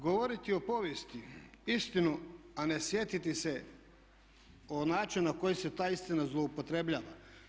Govoriti o povijesti istinu a ne sjetiti se o načinu na koji se ta istina zloupotrjebljava.